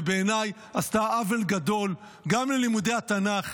ובעיניי עשתה עוול גדול גם ללימודי התנ"ך,